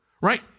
Right